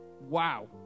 Wow